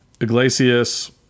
Iglesias